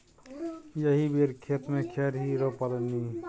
एहि बेर खेते मे खेरही रोपलनि